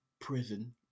prison